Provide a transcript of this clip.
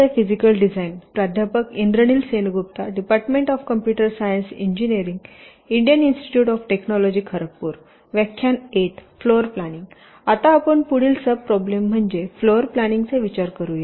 आता आपण पुढील सबप्रोब्लम म्हणजे फ्लोर प्लानिंग चा विचार करूया